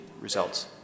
results